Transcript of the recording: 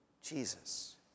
Jesus